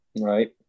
right